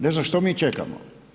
Ne znam što mi čekamo.